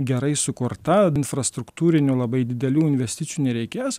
gerai sukurta infrastruktūrinių labai didelių investicijų nereikės